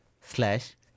slash